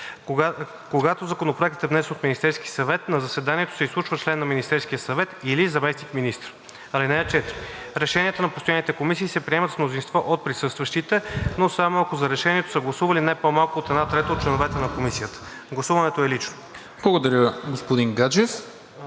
Когато законопроектът е внесен от Министерския съвет, на заседанието се изслушва член на Министерския съвет или заместник-министър. (4) Решенията на постоянните комисии се приемат с мнозинство от присъстващите, но само ако за решението са гласували не по-малко от една трета от членовете на комисията. Гласуването е лично.“ ПРЕДСЕДАТЕЛ